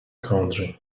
country